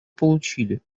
получили